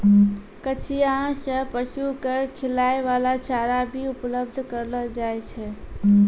कचिया सें पशु क खिलाय वाला चारा भी उपलब्ध करलो जाय छै